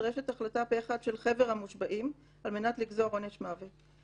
נדרשת החלטה פה-אחד של חבר המושבעים על מנת לגזור עונש מוות.